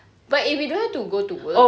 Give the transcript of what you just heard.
but if you don't have to go to work